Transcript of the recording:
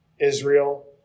Israel